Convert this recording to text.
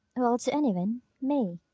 well, to anyone me.